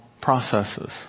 processes